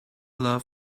love